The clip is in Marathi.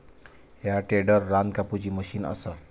ह्या टेडर रान कापुची मशीन असा